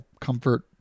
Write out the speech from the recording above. Comfort